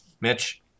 Mitch